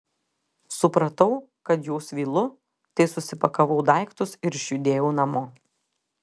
supratau kad jau svylu tai susipakavau daiktus ir išjudėjau namo